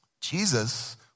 Jesus